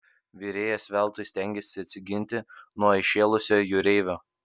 virėjas veltui stengėsi atsiginti nuo įšėlusio jūreivio